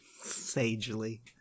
Sagely